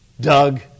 Doug